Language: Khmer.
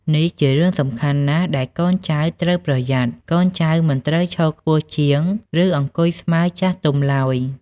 នេះជារឿងសំខាន់ណាស់ដែលកូនចៅត្រូវប្រយ័ត្ន កូនចៅ មិនត្រូវឈរខ្ពស់ជាង ឬអង្គុយស្មើ ចាស់ទុំឡើយ។